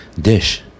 Dish